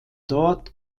dort